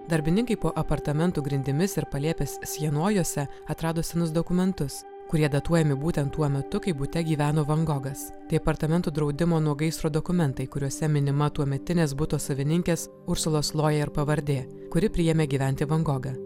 darbininkai po apartamentų grindimis ir palėpės sienojuose atrado senus dokumentus kurie datuojami būtent tuo metu kai bute gyveno van gogas tai apartamentų draudimo nuo gaisro dokumentai kuriuose minima tuometinės buto savininkės ursulos lojėr pavardė kuri priėmė gyventi van gogą